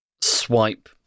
swipe